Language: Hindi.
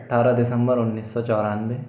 अट्ठारह दिसम्बर उन्नीस सौ चौरानवे